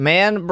Man